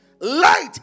Light